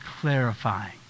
clarifying